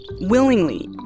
Willingly